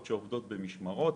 שעובדות במשמרות.